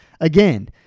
Again